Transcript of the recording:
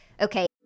okay